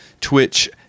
Twitch